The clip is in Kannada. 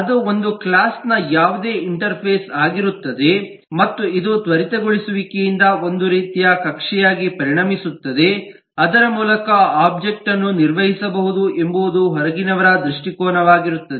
ಅದು ಒಂದು ಕ್ಲಾಸ್ ನ ಯಾವುದೇ ಇಂಟರ್ಫೇಸ್ ಆಗಿರುತ್ತದೆ ಮತ್ತು ಇದು ತ್ವರಿತಗೊಳಿಸುವಿಕೆಯಿಂದ ಒಂದು ರೀತಿಯ ಕಕ್ಷೆಯಾಗಿ ಪರಿಣಮಿಸುತ್ತದೆ ಅದರ ಮೂಲಕ ಒಬ್ಜೆಕ್ಟ್ ಅನ್ನು ನಿರ್ವಹಿಸಬಹುದು ಎಂಬುವುದು ಹೊರಗಿನವರ ದೃಷ್ಟಿಕೋನವಾಗಿರುತ್ತದೆ